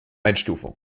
einstufung